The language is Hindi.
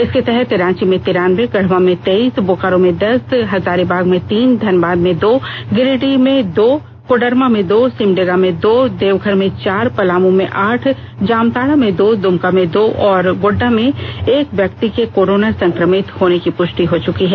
इसके तहत रांची में तिरान्बे गढ़वा में तेईस बोकारो में दस हजारीबांग में तीन धनबाद में दो गिरिडीह में दो कोडरमा में दो सिमडेगा में दो देवघर में चार पलामू में आठ जामताड़ा में दो दुमका में दो और गोड्डा में एक व्यक्ति के कोरोना संक्रमित होने की पुष्टि हो चुकी है